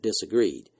disagreed